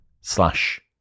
slash